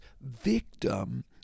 victim